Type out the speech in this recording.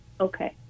okay